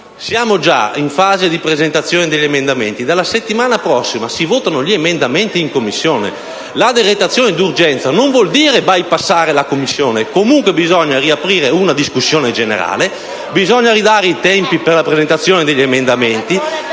Siamo già in fase di presentazione degli emendamenti. Dalla settimana prossima si votano gli emendamenti in Commissione. La dichiarazione d'urgenza non vuol dire bypassare la Commissione; comunque bisogna riaprire una discussione generale e bisogna fissare nuovamente i termini per la presentazione degli emendamenti.